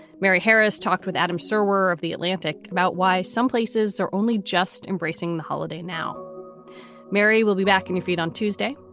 mary harris talked with adam, sir, of the atlantic about why some places are only just embracing the holiday now mary will be back on your feet on tuesday.